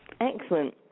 Excellent